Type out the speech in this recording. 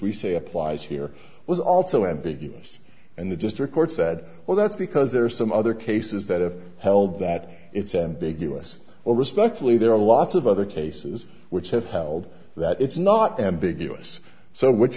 we say applies here was also ambiguous and the district court said well that's because there are some other cases that have held that it's ambiguous or respectfully there are lots of other cases which have held that it's not ambiguous so which